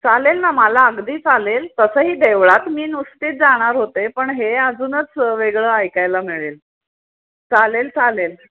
चालेल ना मला अगदी चालेल तसंही देवळात मी नुसतीच जाणार होते पण हे अजूनच वेगळं ऐकायला मिळेल चालेल चालेल